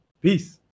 Peace